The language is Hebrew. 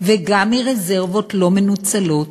וגם מרזרבות לא מנוצלות